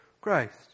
Christ